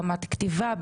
ברמת כתיבה,